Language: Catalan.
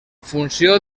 funció